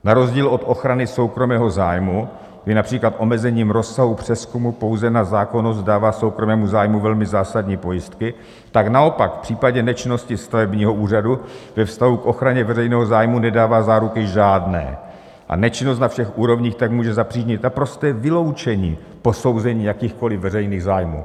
Na rozdíl od ochrany soukromého zájmu, kdy například omezením rozsahu přezkumu pouze na zákonnost dává soukromému zájmu velmi zásadní pojistky, tak naopak v případě nečinnosti stavebního úřadu ve vztahu k ochraně veřejného zájmu nedává záruky žádné a nečinnost na všech úrovních tak může zapříčinit naprosté vyloučení posouzení jakýchkoliv veřejných zájmů.